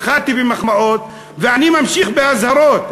התחלתי במחמאות ואני ממשיך באזהרות.